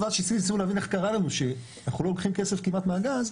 כשניסינו להבין איך קרה לנו שאנחנו לא לוקחים כסף כמעט מהגז,